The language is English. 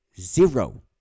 Zero